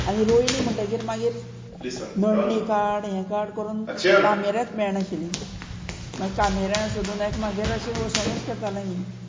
आनी रोंयली म्हणटगीर मागीर नंडी काड हें काड करून कामेऱ्यांत मेळनाशिल्ली मागीर कामेऱ्यां सोदून एकमेकागेर अशें वसोनूच करतालें आमी